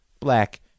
black